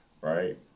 Right